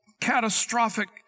catastrophic